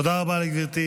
תודה רבה, גברתי.